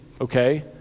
okay